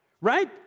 right